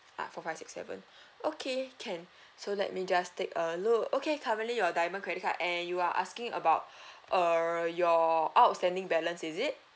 ah four five six seven okay can so let me just take a look okay currently your diamond credit card and you are asking about err your outstanding balance is it